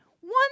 one